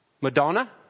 Madonna